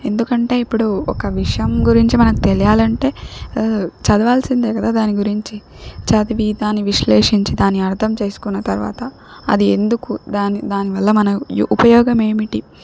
ఎందుకంటే ఇప్పుడు ఒక విషయం గురించి మనకు తెలియాలంటే చదవాల్సిందే కదా దాని గురించి చదివి దాని విశ్లేషించి దాని అర్థం చేసుకున్న తర్వాత అది ఎందుకు దాని దానివల్ల మన యు ఉపయోగం ఏమిటి